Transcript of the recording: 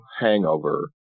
hangover